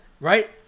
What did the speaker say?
right